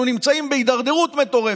אנחנו נמצאים בהידרדרות מטורפת,